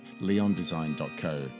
leondesign.co